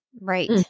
Right